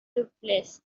duplex